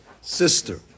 sister